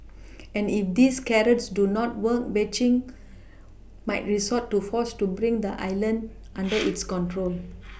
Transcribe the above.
and if these carrots do not work Beijing might resort to force to bring the island under its control